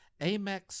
Amex